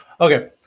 Okay